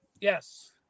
Yes